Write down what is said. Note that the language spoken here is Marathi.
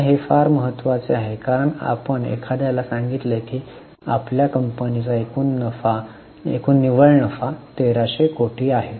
आता हे फार महत्वाचे आहे कारण आपण एखाद्याला सांगितले की आपल्या कंपनीचा एकूण निव्वळ नफा 1300 कोटी आहे